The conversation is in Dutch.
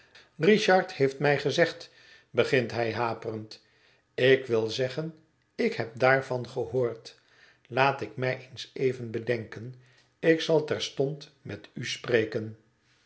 richard heeft mij gezegd begint hij haperend f ik wil zeggen ik heb daarvan gehoord verklaring van jo laat ik mij eens even bedenken ik zal terstond met u spreken